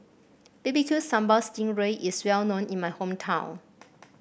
B B Q Sambal Sting Ray is well known in my hometown